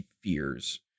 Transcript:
fears